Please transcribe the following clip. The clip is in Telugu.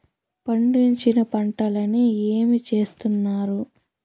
పండించిన పంటలని ఏమి చేస్తున్నారు?